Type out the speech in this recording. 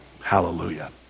Hallelujah